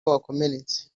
wakomeretse